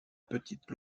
petite